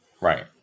right